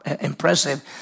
impressive